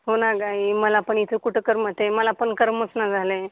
हो ना गं आई मलापण इथं कुठं करमतं मलापण करमत ना झालं आहे